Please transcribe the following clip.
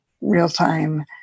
real-time